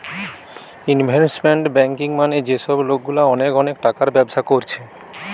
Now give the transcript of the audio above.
investment banking মানে যে সব লোকগুলা অনেক অনেক টাকার ব্যবসা কোরছে